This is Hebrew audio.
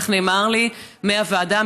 כך נאמר לי מהוועדה,